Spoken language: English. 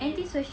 and